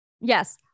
yes